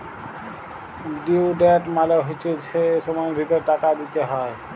due date মালে হচ্যে যে সময়ের ভিতরে টাকা দিতে হ্যয়